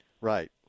Right